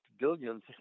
billions